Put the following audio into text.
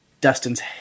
Dustin's